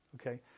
Okay